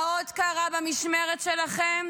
מה עוד קרה במשמרת שלכם?